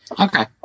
Okay